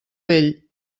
vell